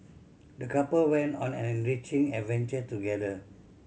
the couple went on an enriching adventure together